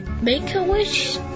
Make-A-Wish